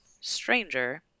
stranger